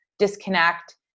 disconnect